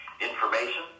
information